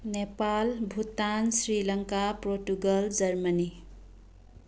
Nepal Bhutan Sri Lanka Portugal Germany